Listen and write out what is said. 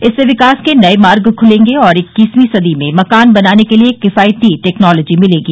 इससे विकास के नये मार्ग खूलेंगे और इक्कीसवीं सदी में मकान बनाने केलिए किफायती प्रौद्योगिकी मिलेगी